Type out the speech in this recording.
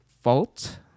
fault